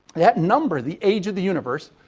that number, the age of the universe,